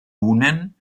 unen